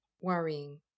worrying